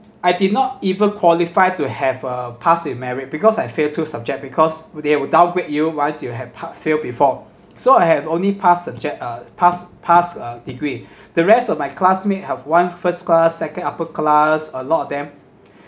I did not even qualify to have a pass in merit because I failed two subject because they will downgrade you once you have pa~ failed before so I have only pass subject uh pass pass uh degree the rest of my classmate have one first class second upper class a lot of them